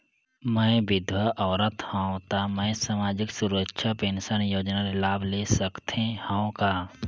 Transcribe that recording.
मैं विधवा औरत हवं त मै समाजिक सुरक्षा पेंशन योजना ले लाभ ले सकथे हव का?